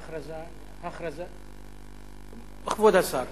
כבוד השר.